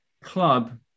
club